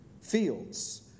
Fields